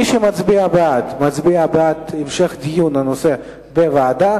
מי שמצביע בעד, מצביע בעד המשך דיון בנושא בוועדה.